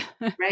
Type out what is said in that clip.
Right